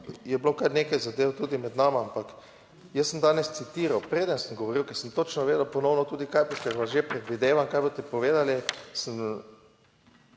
je bilo kar nekaj zadev tudi med nami, ampak jaz sem danes citiral, preden sem govoril, ker sem točno vedel ponovno tudi kaj vas že predvidevam, kaj boste povedali, sem